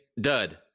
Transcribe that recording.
dud